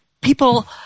people